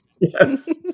yes